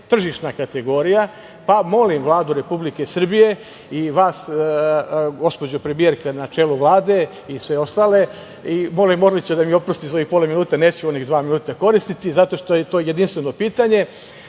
tržišna kategorija, pa molim Vladu Republike Srbije i vas, gospođo premijerka, na čelu Vlade i sve ostale… i molim Orlića da mi oprosti za ovih pola minuta, neću onih dva minuta koristiti zato što je to jedinstveno pitanje,